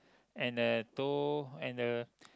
and the tow and the